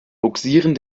bugsieren